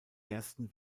ersten